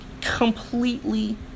completely